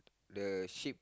the sheep